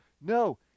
No